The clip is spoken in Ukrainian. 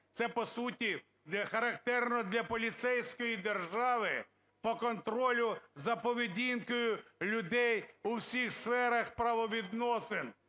це по суті характерно для поліцейської держави по контролю за поведінкою людей у всіх сферах правовідносин.